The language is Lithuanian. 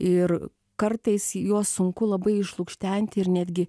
ir kartais juos sunku labai išlukštenti ir netgi